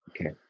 Okay